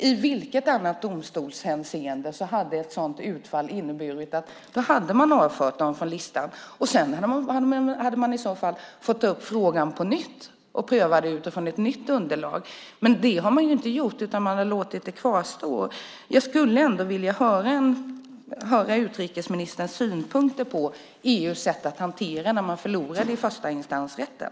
I vilket annat domstolshänseende hade ett sådant utfall inneburit att man hade avfört dem från listan och att man sedan i så fall hade fått ta upp frågan på nytt och pröva den utifrån ett nytt underlag? Men det har man inte gjort, utan man har låtit det kvarstå. Jag skulle ändå vilja höra utrikesministerns synpunkter på EU:s sätt att hantera ärendet när man förlorade i förstainstansrätten.